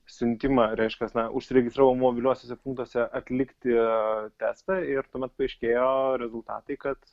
siuntimą reiškias na užsiregistravau mobiliuosiuose punktuose atlikti testą ir tuomet paaiškėjo rezultatai kad